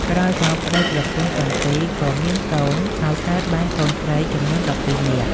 ក្រោយមកប្តីប្រពន្ធទាំងពីរក៏មានកូន ហើយកើតបានកូនស្រីចំនួន១២នាក់។